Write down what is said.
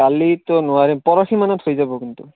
কালিতো নোৱাৰিম পৰহিমানত হৈ যাব কিন্তু